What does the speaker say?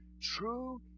True